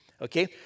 okay